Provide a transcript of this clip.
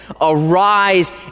arise